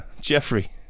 Jeffrey